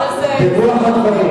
יש לי מה לומר על זה, כן.